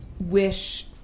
wish